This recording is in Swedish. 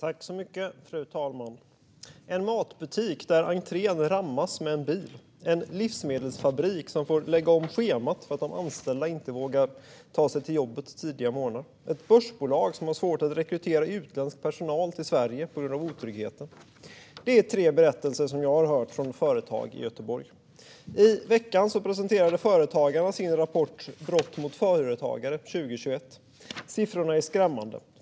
Fru talman! En matbutik där entrén rammas av en bil. En livsmedelsfabrik som får lägga om schemat för att de anställda inte vågar ta sig till jobbet tidiga morgnar. Ett börsbolag som har svårt att rekrytera utländsk personal till Sverige på grund av otryggheten. Det är tre berättelser jag har hört från företag i Göteborg. I veckan presenterade Företagarna sin rapport Brott mot företagare 2021 . Siffrorna är skrämmande.